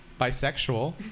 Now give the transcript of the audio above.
bisexual